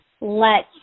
lets